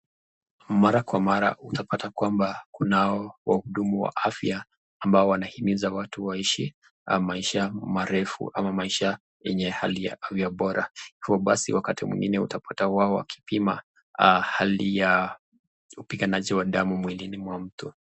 Mara kwa mara, utapata kwamba kunao mahudumu ya afya ambo wanahimiza watu waishi maisha marefu ama maisha yenye hali ya afya bora hivyo basi wakati mwingine utapata wakipima hali ya upiganaji wa damu mwilini mwa mtu.